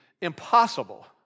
impossible